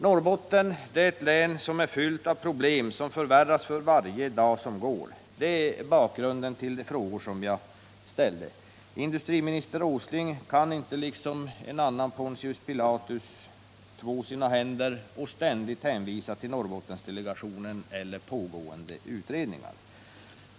Norrbotten är ett län fyllt av problem som förvärras för varje dag som går. Det är bakgrunden till de frågor som jag ställde, Industriminister Åsling kan inte liksom en annan Pontius Pilatus två sina händer och ständigt hänvisa till Norrbottensdelegationen eller pågående utredningar.